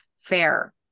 fair